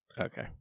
Okay